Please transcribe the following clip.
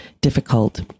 difficult